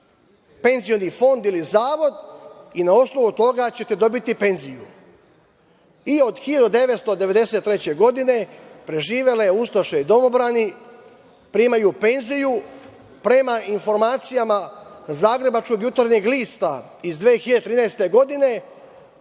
penzioni fond ili zavod i na osnovu toga ćete dobiti penziju. I od 1993. godine preživele ustaše i domobrani primaju penziju. Prema informacijama zagrebačkog „Jutarnjeg lista“ iz 2013. godine,